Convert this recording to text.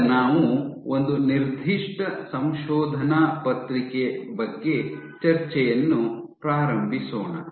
ಈಗ ನಾವು ಒಂದು ನಿರ್ದಿಷ್ಟ ಸಂಶೋಧನಾ ಪತ್ರಿಕೆ ಬಗ್ಗೆ ಚರ್ಚೆಯನ್ನು ಪ್ರಾರಂಭಿಸೋಣ